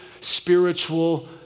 spiritual